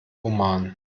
oman